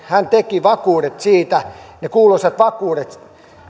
hän teki vakuudet siitä ne kuuluisat vakuudet